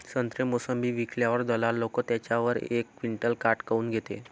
संत्रे, मोसंबी विकल्यावर दलाल लोकं त्याच्यावर एक क्विंटल काट काऊन घेते?